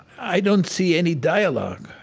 i don't see any dialogue